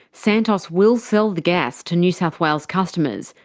santos will sell the gas to new south wales customers,